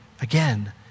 again